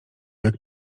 jak